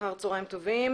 אחר הצוהריים טובים,